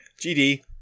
GD